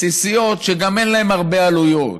בסיסיות שגם אין להן הרבה עלויות?